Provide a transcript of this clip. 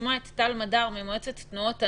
לשמוע את טל מדר ממועצת תנועות הנוער.